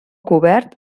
cobert